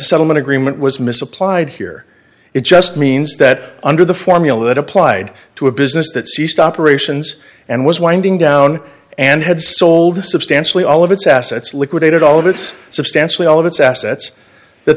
settlement agreement was misapplied here it just means that under the formula that applied to a business that ceased operations and was winding down and had sold a substantially all of its assets liquidated all of its substantially all of its assets that